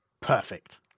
Perfect